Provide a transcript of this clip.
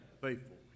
Faithful